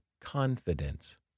confidence